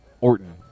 Orton